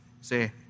Say